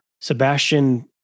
Sebastian